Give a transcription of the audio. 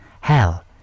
Hell